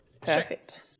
Perfect